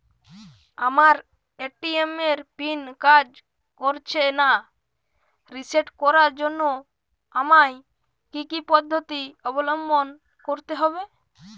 আমার এ.টি.এম এর পিন কাজ করছে না রিসেট করার জন্য আমায় কী কী পদ্ধতি অবলম্বন করতে হবে?